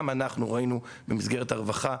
גם אנחנו ראינו במסגרת הרווחה,